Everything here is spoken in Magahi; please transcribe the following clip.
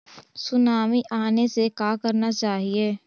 सुनामी आने से का करना चाहिए?